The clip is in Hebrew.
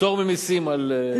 פטור ממסים על רווחים,